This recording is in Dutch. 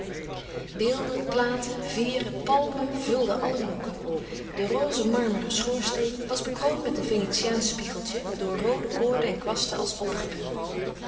beelden platen veêren palmen vulden alle hoeken de roze marmeren schoorsteen was bekroond met een venetiaansch spiegeltje door roode koorden en kwasten als opgebeurd